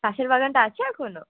পাশের বাগানটা আছে এখনও